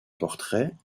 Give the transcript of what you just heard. portrait